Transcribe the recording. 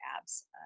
abs